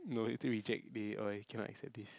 no later reject they or like cannot accept this